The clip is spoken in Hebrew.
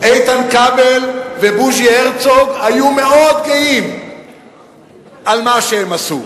איתן כבל ובוז'י הרצוג היו מאוד גאים על מה שהם עשו.